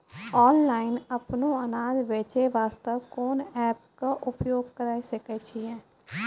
Online अपनो अनाज बेचे वास्ते कोंन एप्प के उपयोग करें सकय छियै?